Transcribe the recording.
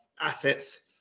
assets